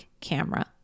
camera